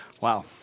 Wow